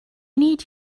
need